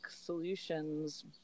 solutions